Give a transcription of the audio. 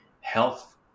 health